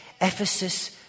Ephesus